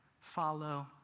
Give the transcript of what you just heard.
follow